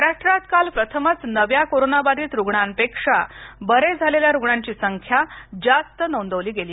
महाराष्ट्रात काल प्रथमच नव्या कोरोनाबाधित रुग्णापेक्षा बरे झालेल्या रुग्णांची संख्या जास्त नोंदविली गेली